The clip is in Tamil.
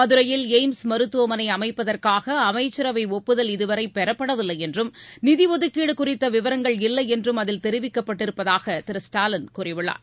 மதுரையில் எய்ம்ஸ் மருத்துவமனைஅமைப்பதற்காகஅமைச்சரவைஒப்புதல் இதுவரைபெறப்படவில்லைஎன்றும் நிதிஒதுக்கீடுகுறித்தவிவரங்கள் இல்லையென்றம் அதில் தெரிவிக்கப்பட்டிருப்பதாகதிரு ஸ்டாலின் கூறியுள்ளார்